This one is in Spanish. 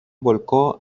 volcó